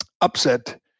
upset